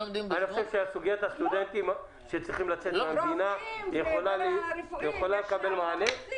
לדעתי סוגיית הסטודנטים שצריכים לצאת מהמדינה יכולה לקבל מענה.